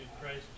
Christ